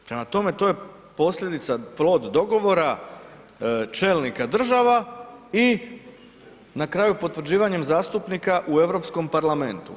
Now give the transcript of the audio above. Prema tome, to je posljedica … [[Govornik se ne razumije]] dogovora čelnika država i na kraju potvrđivanjem zastupnika u Europskom parlamentu.